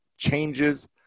Changes